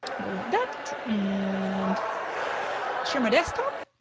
go like that and share my desktop.